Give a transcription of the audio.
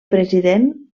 president